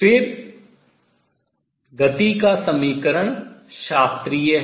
फिर गति का समीकरण शास्त्रीय है